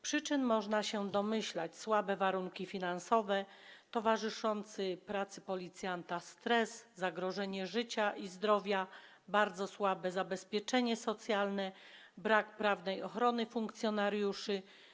Przyczyn można się domyślać: słabe warunki finansowe, towarzyszący pracy policjanta stres, zagrożenie życia i zdrowia, bardzo słabe zabezpieczenie socjalne, brak prawnej ochrony funkcjonariuszy.